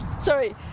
Sorry